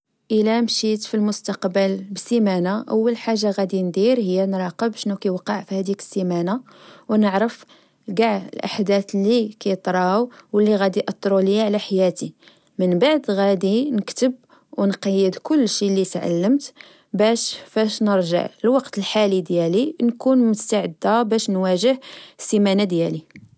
إلا مشيت في المستقبل بسمانة، أول حاجة غدي ندير هي نراقب شنو كيوقع في هديك السمانة أونعرف چاع الأحدات لكطراو أو لغدي أترو ليا على حياتي. من بعد غدي نكتب أونقيد كلشي لتعلمت باش فاش نرجع لوقت الحالي ديالي نكون مستعدة باش نواجه السمانة ديالي